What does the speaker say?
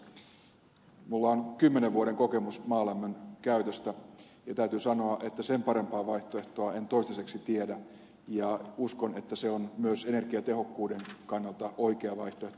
minulla on kymmenen vuoden kokemus maalämmön käytöstä ja täytyy sanoa että sen parempaa vaihtoehtoa en toistaiseksi tiedä ja uskon että se on myös energiatehokkuuden kannalta oikea vaihtoehto